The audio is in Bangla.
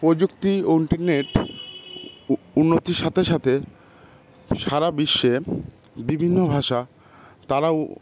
প্রযুক্তি ও ইন্টারনেট উন্নতির সাথে সাথে সারা বিশ্বে বিভিন্ন ভাষা তারা